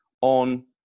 on